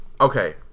Okay